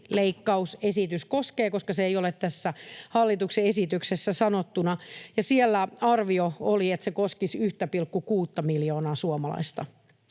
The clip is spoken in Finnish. indeksileikkausesitys koskee, koska se ei ole tässä hallituksen esityksessä sanottuna, ja siellä arvio oli, että se koskisi 1,6:ta miljoonaa suomalaista.